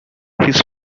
his